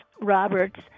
Roberts